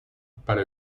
para